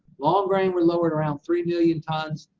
long-grain, were lowered around three million tons,